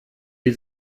die